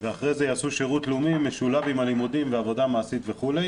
אחר כך יעשו שירות לאומי משולב עם הלימודים ועבודה מעשית וכו'.